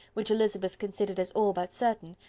which elizabeth considered as all but certain,